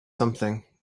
something